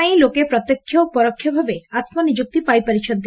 ପାଇଁ ଲୋକେ ପ୍ରତ୍ୟେକ୍ଷ ଓ ପରୋକ୍ଷ ଭାବେ ଆତ୍କ ନିଯୁକ୍ତି ପାଇ ପାରିଛନ୍ତି